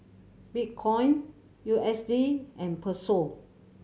Bitcoin U S D and Peso